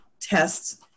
tests